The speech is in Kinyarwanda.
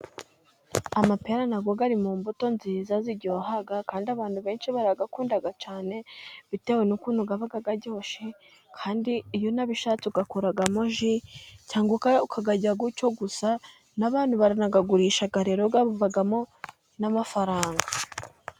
Amapera na yo ari mu mbuto nziza ziryoha, kandi abantu benshi barayakunda cyane bitewe n'ukuntu aba aryoshye. Kandi iyo unabishatse uyakoramo ji cyangwa ukayarya gutyo gusa. N'abantu baranayagurisha rero avamo n'amafaranga.